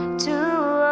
to